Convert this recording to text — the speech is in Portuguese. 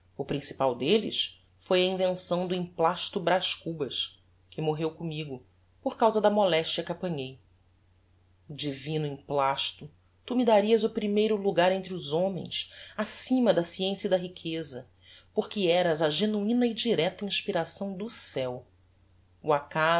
o principal delles foi a invenção do emplasto braz cubas que morreu commigo por causa da molestia que apanhei divino emplasto tu me darias o primeiro logar entre os homens acima da sciencia e da riqueza porque eras a genuina e directa inspiração do ceu